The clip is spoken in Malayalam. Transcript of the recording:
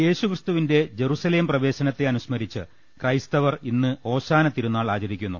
യേശു ക്രിസ്തുവിന്റെ ജറുസലേം പ്രവേശനം അനുസ്മരിച്ച് ക്രൈസ്തവർ ഇന്ന് ഓശാന തിരുനാൾ ആചരിക്കുന്നു